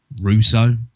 Russo